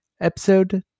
Episode